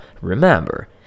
remember